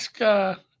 Ask